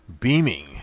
Beaming